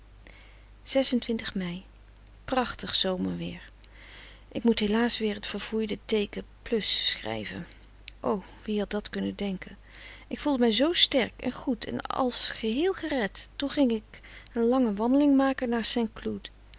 mei prachtig zomerweer ik moet helaas weer het verfoeide teeken schrijven o wie had dat kunnen denken ik voelde mij zoo sterk en goed en als geheel gered toen ging ik een lange wandeling maken naar